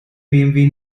bmw